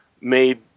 made